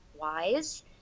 wise